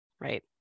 Right